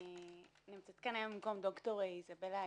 אני נמצאת כאן היום במקום ד"ר איזבלה קרקיס.